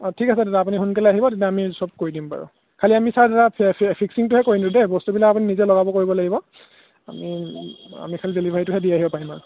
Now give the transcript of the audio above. অঁ ঠিক আছে দাদা আপুনি সোনকালে আহিব তেন্তে আমি সব কৰি দিম বাৰু খালি আমি ফিক্সিংটোহে কৰি দিওঁ দেই বস্তুবিলাক আপুনি নিজে লগাব কৰিব লাগিব আমি আমি খালি ডেলিভাৰীটোহে দি আহিব পাৰিম আৰু